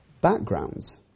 backgrounds